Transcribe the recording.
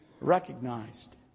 recognized